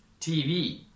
TV